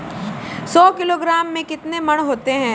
सौ किलोग्राम में कितने मण होते हैं?